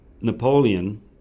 Napoleon